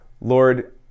Lord